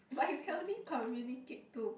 but you can only communicate to